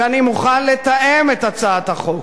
שאני מוכן לתאם את הצעת החוק.